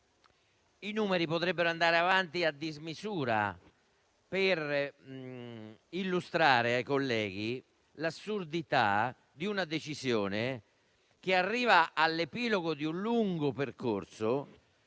IVA. Si potrebbe andare avanti a dismisura con i numeri per illustrare ai colleghi l'assurdità di una decisione che arriva all'epilogo di un lungo percorso